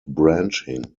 branching